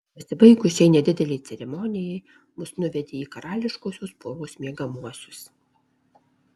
pasibaigus šiai nedidelei ceremonijai mus nuvedė į karališkosios poros miegamuosius